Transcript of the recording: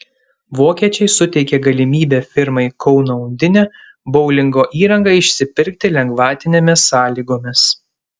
vokiečiai suteikė galimybę firmai kauno undinė boulingo įrangą išsipirkti lengvatinėmis sąlygomis